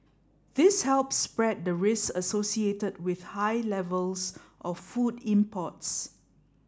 this helps spread the risks associated with high levels of food imports